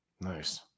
Nice